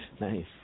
Nice